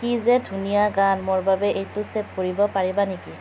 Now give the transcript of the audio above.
কি যে ধুনীয়া গান মোৰ বাবে এইটো ছে'ভ কৰিব পাৰিবা নেকি